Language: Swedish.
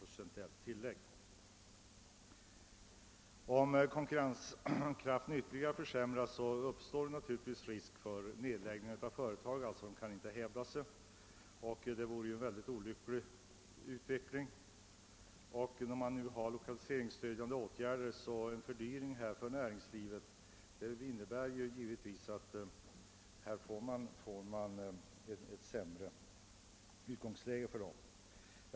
Om konkurrenskraften ytterligare försämras uppstår naturligtvis risk för nedläggning av företag, som då inte kan hävda sig, och detta vore en synnerligen olycklig utveckling. Lokaliseringsstödjande åtgärder får icke avsedd verkan om ekonomiska belastningar i form av fördyringar medför ett försämrat utgångsläge för näringslivet.